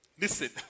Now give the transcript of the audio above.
Listen